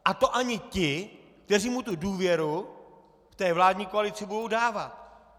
A to ani ti, kteří mu tu důvěru ve vládní koalici budou dávat!